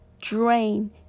drain